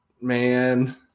man